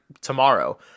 tomorrow